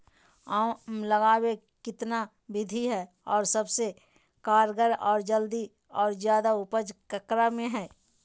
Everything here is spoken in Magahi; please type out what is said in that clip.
आम लगावे कितना विधि है, और सबसे कारगर और जल्दी और ज्यादा उपज ककरा में है?